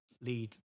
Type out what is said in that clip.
lead